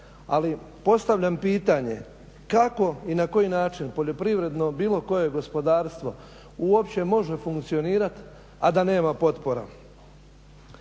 ali postavljam pitanje, kako i na koji način poljoprivredno bilo koje gospodarstvo uopće može funkcionirati, a da nema potpora?